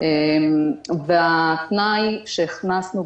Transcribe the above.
המעצרים והתוצאה שלו